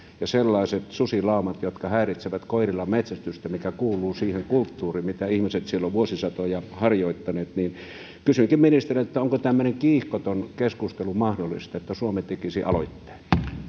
ja sellaiset susilaumat jotka häiritsevät koirilla metsästystä mikä kuuluu siihen kulttuuriin mitä ihmiset siellä ovat vuosisatoja harjoittaneet kysynkin ministeriltä onko tämmöinen kiihkoton keskustelu mahdollista että suomi tekisi aloitteen